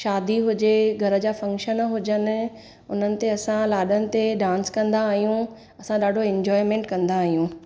शादी हुजे घर जा फंक्शन हुजनि उन्हनि ते असां लाॾनि ते डांस कंदा आहियूं असां ॾाढो इंजॉयमैंट कंदा आहियूं